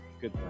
good